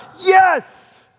yes